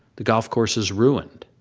the golf course is ruined.